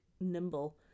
nimble